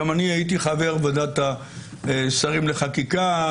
גם אני הייתי חבר ועדת השרים לחקיקה,